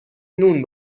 نون